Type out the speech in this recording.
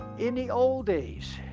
in the old days,